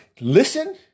listen